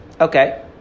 Okay